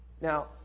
Now